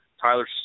Tyler